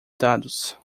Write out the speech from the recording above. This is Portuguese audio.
dados